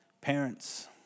parents